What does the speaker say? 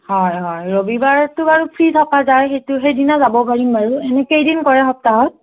হয় হয় ৰবিবাৰতো বাৰু ফ্ৰি থকা যায় সেইটো সেইদিনা যাব পাৰিম বাৰু এনেই কেইদিন কৰে সপ্তাহত